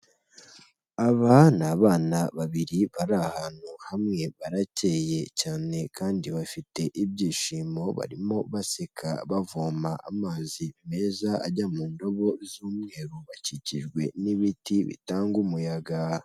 Aba ni abana babiri bari ahantu hamwe baracye cyane kandi bafite ibyishimo barimo baseka bavoma amazi meza ajya mu ndobo z'umweru bakikijwe n'ibiti bitanga umuyaga.